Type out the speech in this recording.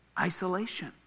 isolation